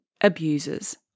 abusers